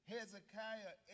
Hezekiah